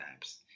apps